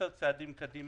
עשרה צעדים קדימה.